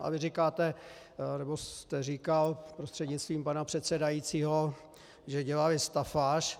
A vy říkáte, nebo jste říkal, prostřednictvím pana předsedajícího, že dělali stafáž.